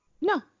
No